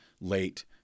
late